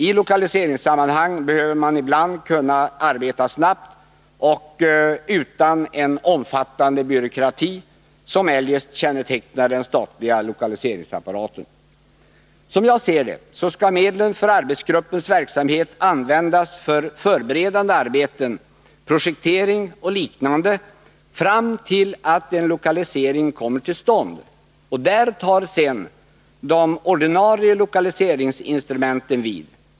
I lokaliseringssammanhang behöver man ibland kunna arbeta snabbt och utan en omfattande byråkrati, som eljest kännetecknar den statliga lokaliseringsapparaten. Som jag ser det, skall medlen för arbetsgruppens verksamhet användas för förberedande arbeten, projektering och liknande fram till att en lokalisering kommer till stånd. Där tar sedan de ordinarie lokaliseringsinstrumenten vid.